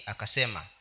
Akasema